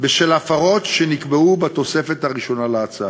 בשל הפרות שנקבעו בתוספת הראשונה להצעה.